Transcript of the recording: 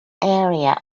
area